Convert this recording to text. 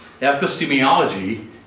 epistemology